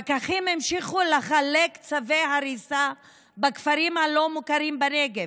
פקחים המשיכו לחלק צווי הריסה בכפרים הלא-מוכרים בנגב,